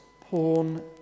Porn